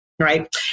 Right